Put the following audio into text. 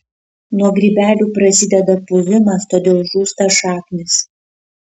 nuo grybelių prasideda puvimas todėl žūsta šaknys